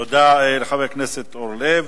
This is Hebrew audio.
תודה לחבר הכנסת אורלב,